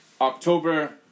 October